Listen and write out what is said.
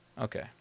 Okay